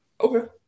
Okay